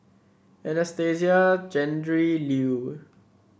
Anastasia Tjendri Liew